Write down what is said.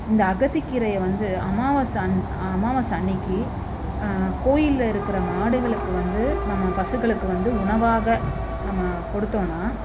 இந்த அகத்திக்கீரையை வந்து அம்மாவாசை அன் அம்மாவாசை அன்னைக்கு கோயில்ல இருக்கிற மாடுகளுக்கு வந்து நம்ம பசுக்களுக்கு வந்து உணவாக நம்ம கொடுத்தோம்னால்